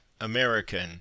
American